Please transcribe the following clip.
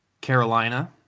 Carolina